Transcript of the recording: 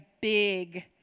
big